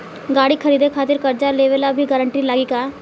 गाड़ी खरीदे खातिर कर्जा लेवे ला भी गारंटी लागी का?